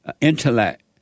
intellect